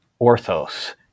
orthos